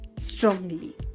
strongly